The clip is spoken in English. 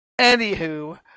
Anywho